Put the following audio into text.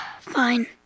fine